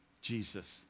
Jesus